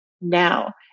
now